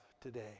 today